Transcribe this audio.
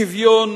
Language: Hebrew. שוויון